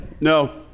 No